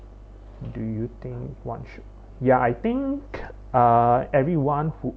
do you think what should ya I think uh everyone who